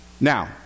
Now